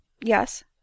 Yes